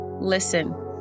Listen